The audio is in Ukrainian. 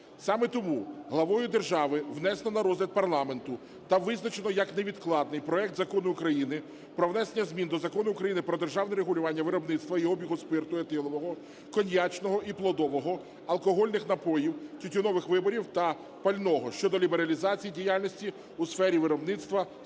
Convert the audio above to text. Саме тому главою держави внесено на розгляд парламенту та визначено як невідкладний проект Закону України про внесення змін до Закону України "Про державне регулювання виробництва і обігу спирту етилового, коньячного і плодового, алкогольних напоїв, тютюнових виробів та пального" щодо лібералізації діяльності у сфері виробництва